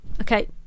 Okay